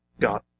God